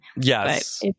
Yes